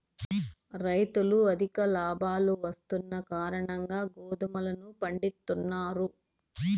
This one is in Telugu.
రైతులు అధిక లాభాలు వస్తున్న కారణంగా గోధుమలను పండిత్తున్నారు